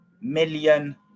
million